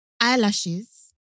eyelashes